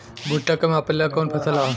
भूट्टा के मापे ला कवन फसल ह?